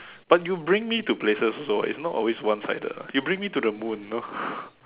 but you bring me to places also [what] it's not always one sided lah you bring me to the moon you know